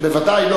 בוודאי.